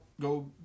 go